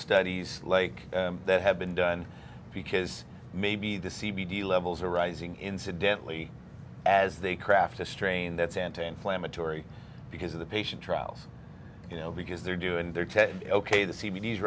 studies like that have been done because maybe the c b d levels are rising incidentally as they craft a strain that's anti inflammatory because of the patient trials you know because they're doing their ted ok the c